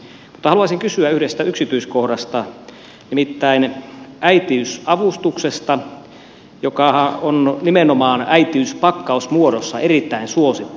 haluaisin kysyä yhdestä yksityiskohdasta nimittäin äitiysavustuksesta joka on nimenomaan äitiyspakkausmuodossa erittäin suosittu